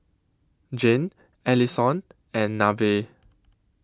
Zhane Allisson and Nevaeh